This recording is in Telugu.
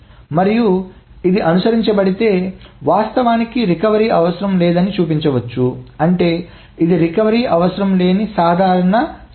మరియు ఇది అనుసరించబడితే వాస్తవానికి రికవరీ అవసరం లేదని చూపించవచ్చు అంటే ఇది రికవరీ అవసరం లేని సాధారణ పథకం